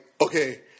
okay